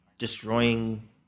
destroying